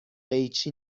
قیچی